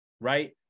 right